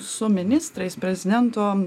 su ministrais prezidento